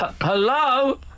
hello